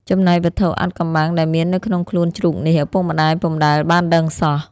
ចំណែកវត្ថុអាថ៌កំបាំង ដែលមាននៅក្នុងខ្លួនជ្រូកនេះ ឪពុកម្ដាយពុំដែលបានដឹងសោះ ។